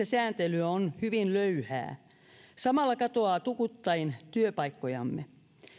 sääntely on hyvin löyhää samalla katoaa tukuttain työpaikkojamme